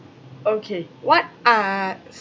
okay what are